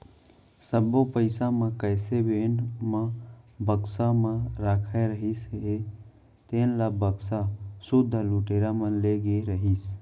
सब्बो पइसा म कैस वेन म बक्सा म रखाए रहिस हे तेन ल बक्सा सुद्धा लुटेरा मन ले गे रहिस